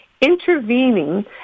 intervening